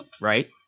Right